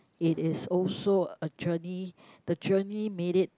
it is also a journey the journey made it